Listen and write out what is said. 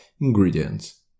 ingredients